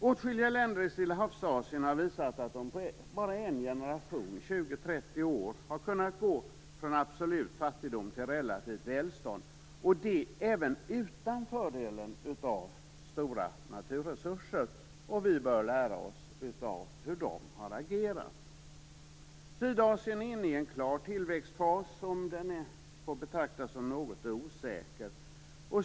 Åtskilliga länder i Stillahavsasien har visat att de på bara en generation, 20-30 år, har kunnat gå från absolut fattigdom till relativt välstånd, och det även utan fördelen av stora naturresurser. Vi bör lära oss av hur de har agerat. Sydasien är inne i en klar tillväxtfas, om den än får betraktas som något osäker.